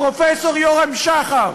פרופסור יורם שחר,